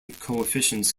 coefficients